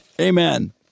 Amen